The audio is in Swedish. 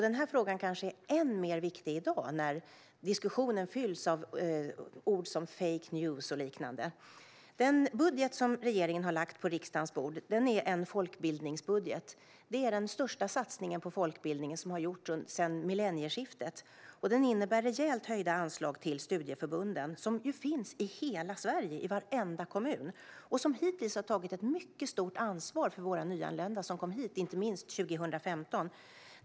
Den här frågan är kanske än mer viktig i dag när diskussionen fylls av begrepp som fake news och så vidare. Den budget som regeringen har lagt på riksdagens bord är en folkbildningsbudget. Det är den största satsningen på folkbildning som har gjorts sedan millennieskiftet. Den innebär rejält höjda anslag till studieförbunden, som ju finns i varenda kommun i hela Sverige och som hittills har tagit ett mycket stort ansvar för våra nyanlända som kom hit, inte minst under 2015.